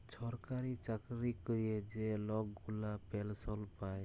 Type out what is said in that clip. ছরকারি চাকরি ক্যরে যে লক গুলা পেলসল পায়